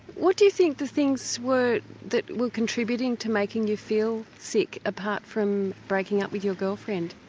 what do you think the things were that were contributing to making you feel sick, apart from breaking up with your girlfriend?